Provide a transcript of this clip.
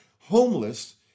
homeless